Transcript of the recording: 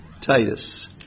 Titus